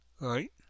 Right